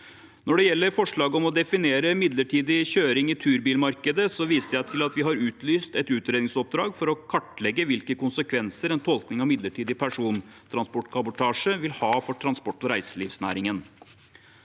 Når det gjelder forslaget om å definere midlertidig kjøring i turbilmarkedet, viser jeg til at vi har utlyst et utredningsoppdrag for å kartlegge hvilke konsekvenser en tolkning av midlertidig persontransportkabotasje vil ha for transport- og reiselivsnæringen.